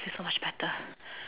feel so much better